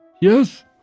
Yes